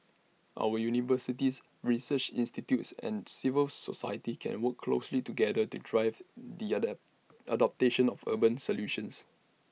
our universities research institutes and civil society can work closely together to drive the at adoption of urban solutions